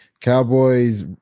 Cowboys